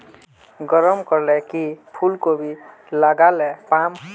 गरम कले की फूलकोबी लगाले पाम?